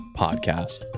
podcast